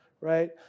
right